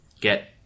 get